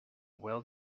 well